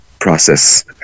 process